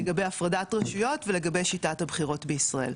לגבי הפרדת רשויות, ולגבי שיטת הבחירות בישראל.